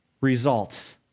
results